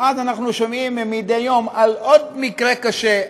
ואז אנחנו שומעים מדי יום על עוד מקרה קשה,